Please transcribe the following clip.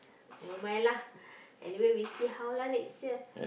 never mind lah anyway we see how lah next year